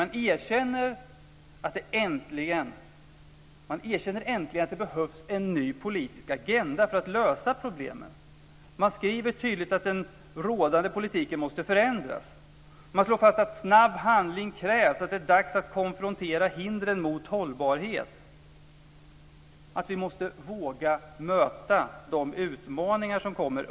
Man erkänner äntligen att det behövs en ny politisk agenda för att lösa problemen. Man skriver tydligt att den rådande politiken måste förändras. Man slår fast att snabb handling krävs och att det är dags att konfrontera hindren mot hållbarhet. Vi måste öppet och ärligt våga möta de utmaningar som kommer.